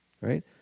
right